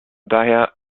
daher